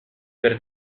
per